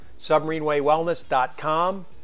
Submarinewaywellness.com